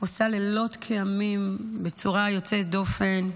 עושה לילות כימים בצורה יוצאת דופן,